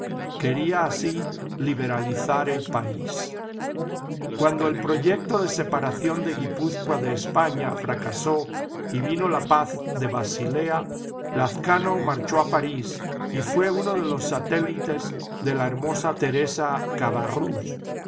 quería así liberalizar el país cuando el proyecto de separación de guipúzcoa de españa fracasó y vino la paz de basilea lazcano marchó a parís y fué uno de los satélites de la hermosa teresa cabarrús